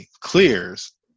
clears